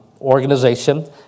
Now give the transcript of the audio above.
organization